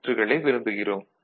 சுற்றுகளை விரும்புகிறோம்